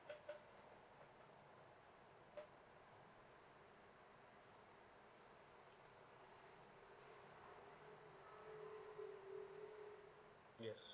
yes